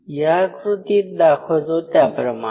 या आकृतीत दाखवतो त्याप्रमाणे